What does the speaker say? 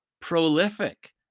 prolific